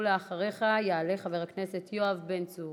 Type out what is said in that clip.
ואחריך יעלה חבר הכנסת יואב בן צור.